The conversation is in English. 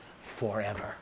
forever